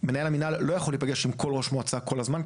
מנהל המנהל לא יכול להיפגש עם כל ראש מועצה כל הזמן,